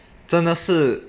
真的是